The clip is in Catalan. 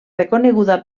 reconeguda